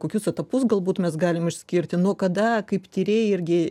kokius etapus galbūt mes galim išskirti nuo kada kaip tyrėja irgi